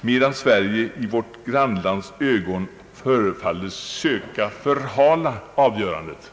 medan Sverige i vårt grannlands ögon förefaller söka förhala avgörandet.